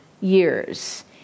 years